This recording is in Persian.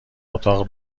اتاق